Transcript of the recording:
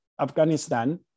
Afghanistan